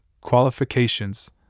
qualifications